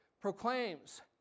proclaims